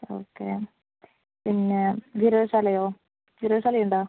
okay പിന്നെ ജീരകശാലയോ ജീരകശാലയുണ്ടോ